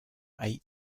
eight